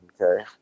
Okay